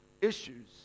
issues